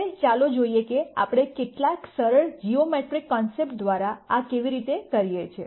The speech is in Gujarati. હવે ચાલો જોઈએ કે આપણે કેટલાક સરળ જીઓમેટ્રીક કોન્સેપ્ટ દ્વારા આ કેવી રીતે કરીએ છીએ